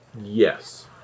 Yes